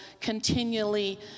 continually